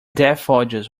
daffodils